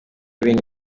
ibintu